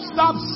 Stop